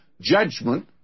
judgment